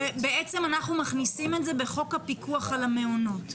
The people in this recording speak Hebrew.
בעצם אנחנו מכניסים את זה בחוק הפיקוח על המעונות,